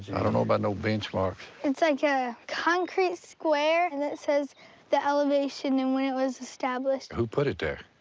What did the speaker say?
i don't know about no benchmarks. it's like a concrete square and that says the elevation and when it was established. who put it there?